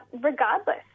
regardless